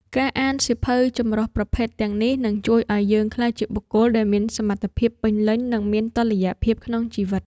ការអានសៀវភៅចម្រុះប្រភេទទាំងនេះ នឹងជួយឱ្យយើងក្លាយជាបុគ្គលដែលមានសមត្ថភាពពេញលេញ និងមានតុល្យភាពក្នុងជីវិត។